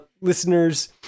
Listeners